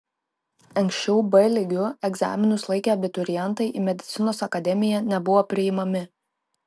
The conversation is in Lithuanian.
anksčiau b lygiu egzaminus laikę abiturientai į medicinos akademiją nebuvo priimami